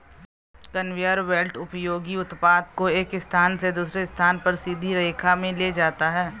conveyor belt उपयोगी उत्पाद को एक स्थान से दूसरे स्थान पर सीधी रेखा में ले जाता है